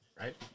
right